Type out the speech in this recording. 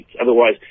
Otherwise